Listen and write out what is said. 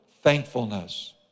Thankfulness